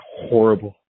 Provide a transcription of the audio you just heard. horrible